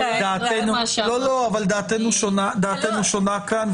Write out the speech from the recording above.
דעתנו שונה כאן,